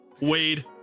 Wade